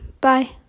bye